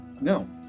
No